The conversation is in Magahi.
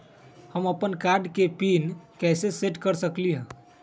हम अपन कार्ड के पिन कैसे सेट कर सकली ह?